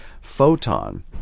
photon